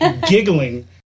giggling